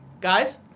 Guys